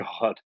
God